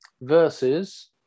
versus